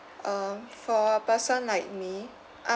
um for a person like me I'm